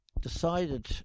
decided